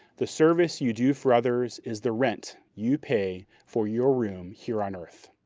the service you do for others is the rent you pay for your room here on earth.